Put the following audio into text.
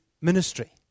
ministry